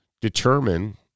determine